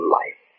life